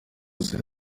ziri